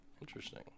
Interesting